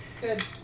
Good